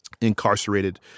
incarcerated